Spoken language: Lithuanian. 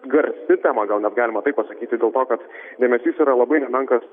garsi tema gal net galima taip pasakyti dėl to kad dėmesys yra labai nemenkas